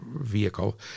vehicle